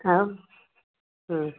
ଆଉ ହଁ